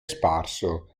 sparso